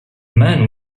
man